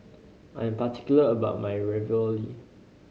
I am particular about my Ravioli